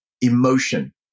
Emotion